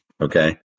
okay